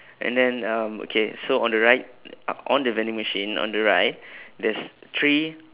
and then um okay so on the right uh on the vending machine on the right there's three